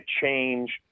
change